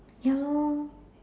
ya lor